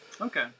Okay